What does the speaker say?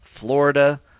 Florida